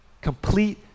Complete